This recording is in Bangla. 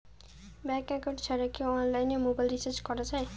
ব্যাংক একাউন্ট ছাড়া কি অনলাইনে মোবাইল রিচার্জ করা যায়?